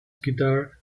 guitar